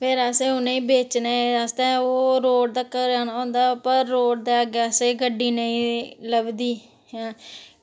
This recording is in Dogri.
फिर असें उ'नेंगी बेचने आस्तै ओह् रोड़ तगर उं'दा पर रोड़ आसै असेंगी गड्डी नेईं लभदी